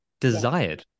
desired